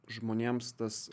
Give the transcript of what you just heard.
žmonėms tas